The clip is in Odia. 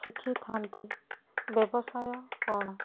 ଶିଖିଥାନ୍ତି ବ୍ୟବସାୟ କଣ